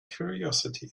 curiosity